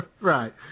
Right